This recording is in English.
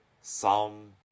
Psalm